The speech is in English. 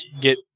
get